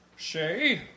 Shay